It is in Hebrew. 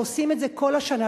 ועושים את זה כל השנה,